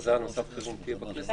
שההכרזה על מצב חירום תהיה בכנסת